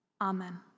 Amen